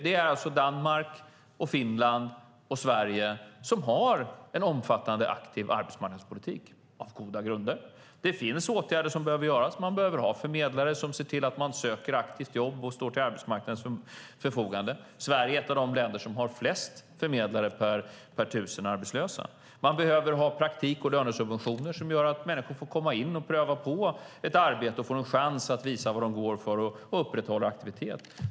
Det är Danmark, Finland och Sverige som har en omfattande aktiv arbetsmarknadspolitik, och vi har haft goda grunder till det. Det finns åtgärder som behöver vidtas. Man behöver ha förmedlare som ser till att man söker jobb aktivt och står till arbetsmarknadens förfogande. Sverige är ett av de länder som har flest förmedlare per tusen arbetslösa. Det behöver finnas praktik och lönesubventioner som gör att människor får pröva på ett arbete, får en chans att visa vad de går för och upprätthåller aktivitet.